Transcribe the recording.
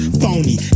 phony